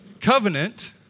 covenant